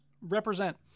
represent